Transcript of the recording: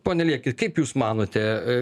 pone lieki kaip jūs manote